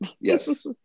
Yes